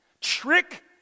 trick